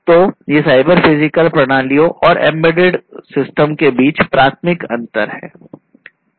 तो ये cyber physical प्रणालियों और एम्बेडेड सिस्टम के बीच प्राथमिक अंतर हैं